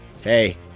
hey